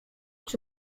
czy